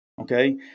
okay